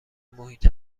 محیط